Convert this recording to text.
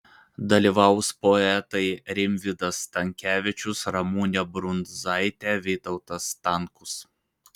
dalyvaus poetai rimvydas stankevičius ramunė brundzaitė vytautas stankus